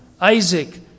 Isaac